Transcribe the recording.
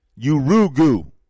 Urugu